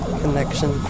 connection